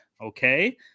okay